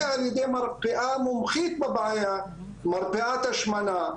על ידי מרפאה מומחית בבעיה: מרפאת השמנה,